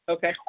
Okay